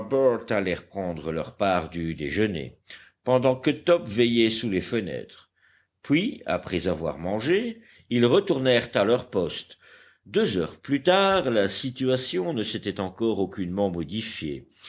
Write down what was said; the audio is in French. allèrent prendre leur part du déjeuner pendant que top veillait sous les fenêtres puis après avoir mangé ils retournèrent à leur poste deux heures plus tard la situation ne s'était encore aucunement modifiée